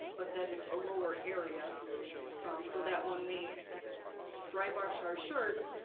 but that it's a lower area so that when we dry bar shirt shirt